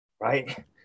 right